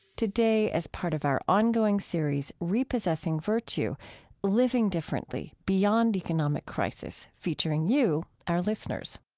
today as part of our ongoing series repossessing virtue living differently, beyond economic crisis, featuring you, our listeners